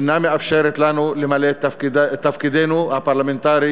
אינה מאפשרת לנו למלא את תפקידנו הפרלמנטרי